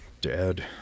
dead